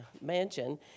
mansion